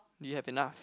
you have enough